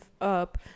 up